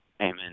Amen